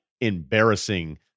embarrassing